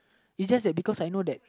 it's just that because I know that